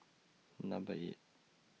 Number eight